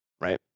right